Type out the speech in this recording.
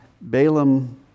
Balaam